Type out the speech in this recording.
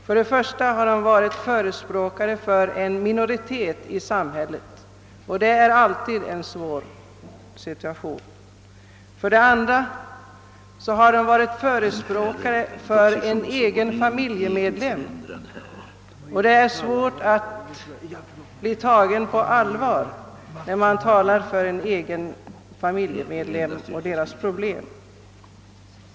De har för det första varit förespråkare för en minoritet i samhället, och det är ailtid svårt. De har för det andra varit förespråkare för en egen familjemedlem. Det är alltid svårt att bli tagen på allvar när man talar för egna familjemedlemmar och för deras problem.